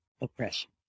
oppression